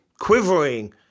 quivering